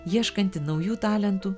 ieškanti naujų talentų